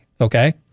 Okay